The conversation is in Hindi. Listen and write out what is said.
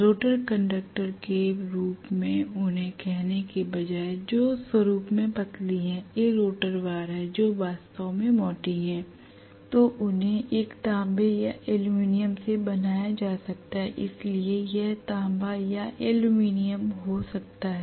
रोटर कंडक्टर के रूप में उन्हें कहने के बजाय जो स्वरूप में पतली है ये रोटर बार हैं जो वास्तव में मोटी हैंl तो उन्हें एक तांबे या एल्यूमीनियम से बनाया जा सकता है इसलिए यह तांबा या एल्यूमीनियम हो सकता है